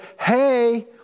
hey